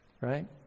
right